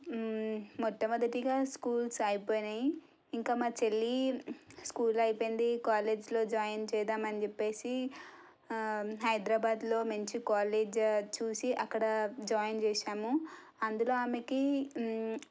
మొట్టమొదటిగా స్కూల్స్ అయిపోయినాయి ఇంకా మా చెల్లీ స్కూల్ అయిపోయింది కాలేజ్లో జాయిన్ చేద్దామని చెప్పేసి హైదరాబాద్లో మంచి కాలేజ్ చూసి అక్కడ జాయిన్ చేసాము అందులో ఆమెకి